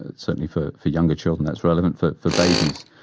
and certainly for for younger children that's relevant. for for babies,